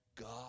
God